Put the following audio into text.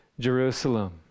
Jerusalem